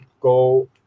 go